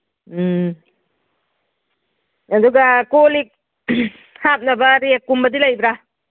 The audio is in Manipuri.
ꯎꯝ ꯑꯗꯨꯒ ꯀꯣꯜꯂꯤꯛ ꯍꯥꯞꯅꯕ ꯔꯦꯛꯀꯨꯝꯕꯗꯤ ꯂꯩꯕ꯭ꯔꯥ